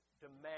demand